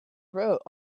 wrote